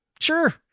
Sure